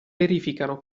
verificano